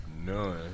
None